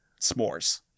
s'mores